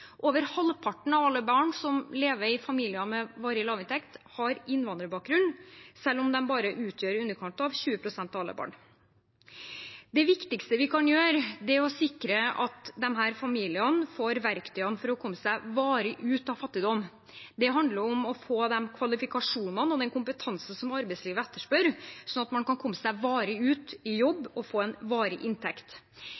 Over halvparten av alle barn som lever i familier med varig lav inntekt, har innvandrerbakgrunn – selv om de bare utgjør i underkant av 20 pst. av alle barn. Det viktigste vi kan gjøre, er å sikre at disse familiene får verktøy for å komme seg varig ut av fattigdom. Det handler om å få de kvalifikasjonene og den kompetansen som arbeidslivet etterspør, sånn at man kan komme seg varig ut i